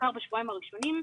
בעיקר בשבועיים הראשונים,